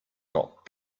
not